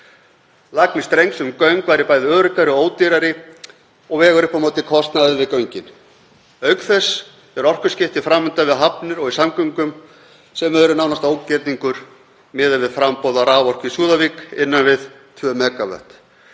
Lagning strengs um göng væri bæði öruggari og ódýrari og vegur upp á móti kostnaði við göngin. Auk þess eru orkuskipti fram undan við hafnir og í samgöngum sem eru nánast ógerningur miðað við framboð á raforku í Súðavík, innan við 2 megavött.